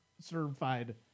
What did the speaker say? certified